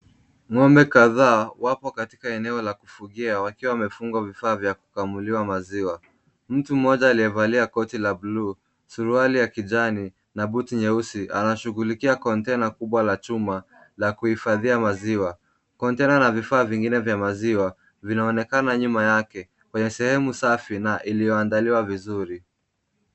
Ng'ombe kadhaa wapo katika eneo la kufugia, wakiwa wamefungwa vifaa vya kukamuliwa maziwa. Mtu mmoja aliyevalia koti la bluu, suruali ya kijani, na buti nyeusi, anashughulikia container kubwa la chuma, la kuhifadhia maziwa. Container na vifaa vingine vya maziwa vinaonekana nyuma yake, kwenye sehemu safi na iliyoandaliwa vizuri.